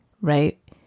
right